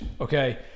okay